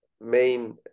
main